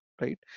right